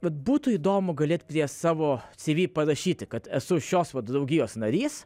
vat būtų įdomu galėti prie savo civi parašyti kad esu šios draugijos narys